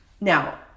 Now